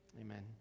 Amen